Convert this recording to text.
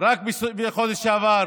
דרך אגב,